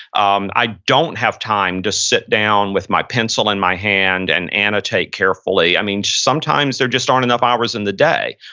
um i don't have time to sit down with my pencil in my hand and annotate carefully. i mean, sometimes there just aren't enough hours in the day.